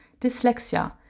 dyslexia